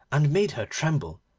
and made her tremble,